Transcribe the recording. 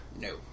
No